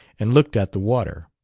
and looked at the water.